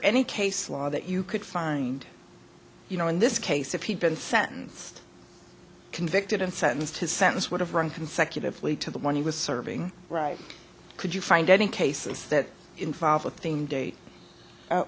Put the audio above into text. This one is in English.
any case law that you could find you know in this case if he'd been sentenced convicted and sentenced his sentence would have run consecutively to the one he was serving right could you find any cases that involve a thing date